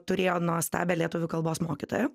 turėjo nuostabią lietuvių kalbos mokytoją